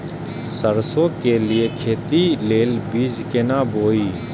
सरसों के लिए खेती के लेल बीज केना बोई?